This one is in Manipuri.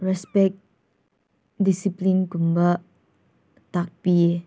ꯔꯦꯁꯄꯦꯛ ꯗꯤꯁꯤꯄ꯭ꯂꯤꯟꯒꯨꯝꯕ ꯇꯥꯛꯄꯤꯌꯦ